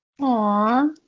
Aww